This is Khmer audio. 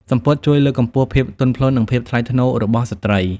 សំពត់ជួយលើកកម្ពស់ភាពទន់ភ្លន់និងភាពថ្លៃថ្នូររបស់ស្ត្រី។